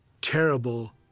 terrible